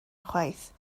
chwaith